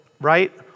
right